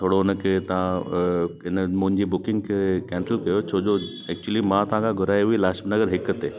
थोरो हुनखे तां हिन बुकिंग खे कैंसिल कयो छोजो एक्चुअली मां तव्हांखां घुराई हुई लाजपत नगर हिक ते